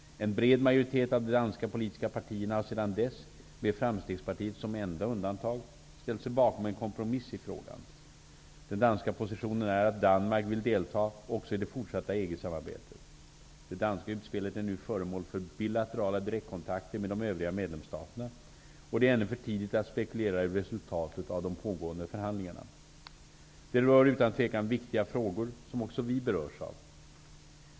En bred majoritet av de danska politiska partierna har sedan dess -- med framstegspartiet som enda undantag -- ställt sig bakom en kompromiss i frågan. Den danska positionen är att Danmark vill deltaga också i det fortsatta EG-samarbetet. Det danska utspelet är nu föremål för bilaterala direktkontakter med de övriga medlemsstaterna, och det är ännu för tidigt att spekulera i resultatet av de pågående förhandlingarna. De rör utan tvekan viktiga frågor som också vi berörs av.